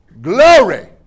Glory